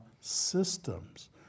systems